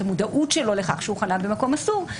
את המודעות שלו לכך שהוא חנה במקום אסור,